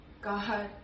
god